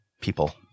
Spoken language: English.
people